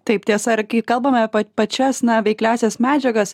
taip tiesa ir kai kalbame pačias na veikliąsias medžiagas